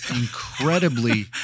incredibly